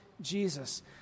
Jesus